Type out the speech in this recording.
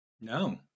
No